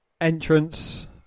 entrance